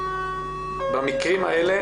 במקרים האלה